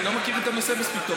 אני לא מכיר את הנושא מספיק טוב.